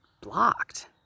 blocked